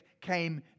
came